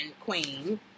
queen